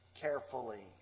carefully